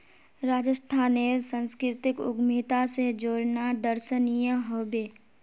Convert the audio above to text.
राजस्थानेर संस्कृतिक उद्यमिता स जोड़ना दर्शनीय ह बे